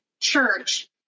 church